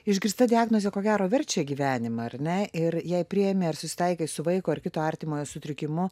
išgirsta diagnozė ko gero verčia gyvenimą ar ne ir jei priimi ar susitaikai su vaiko ar kito artimojo sutrikimu